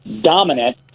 dominant